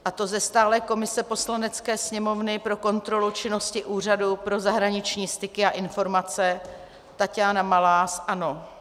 A to ze stálé komise Poslanecké sněmovny pro kontrolu činnosti Úřadu pro zahraniční styky a informace Taťána Malá, ANO.